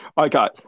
Okay